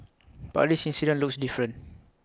but this incident looks different